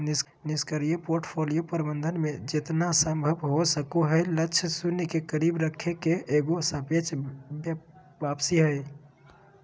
निष्क्रिय पोर्टफोलियो प्रबंधन मे जेतना संभव हो सको हय लक्ष्य शून्य के करीब रखे के एगो सापेक्ष वापसी हय